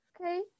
Okay